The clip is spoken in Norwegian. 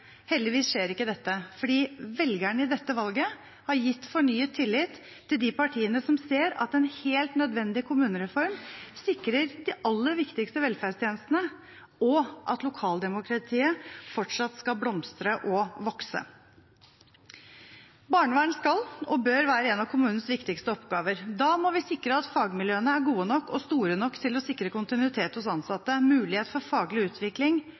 Heldigvis skjer ikke dette, fordi velgerne i dette valget har gitt fornyet tillit til de partiene som ser at en helt nødvendig kommunereform sikrer de aller viktigste velferdstjenestene, og at lokaldemokratiet fortsatt skal blomstre og vokse. Barnevern skal og bør være en av kommunenes viktigste oppgaver. Da må vi sikre at fagmiljøene er gode nok og store nok til å sikre kontinuitet hos ansatte, mulighet for faglig utvikling,